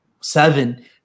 seven